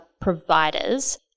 providers